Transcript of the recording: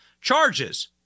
charges